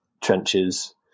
trenches